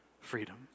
freedom